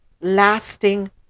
lasting